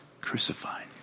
crucified